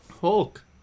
hulk